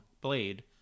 Blade